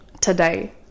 today